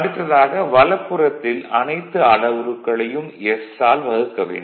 அடுத்ததாக வலப்புறத்தில் அனைத்து அளவுருக்களையும் s ஆல் வகுக்க வேண்டும்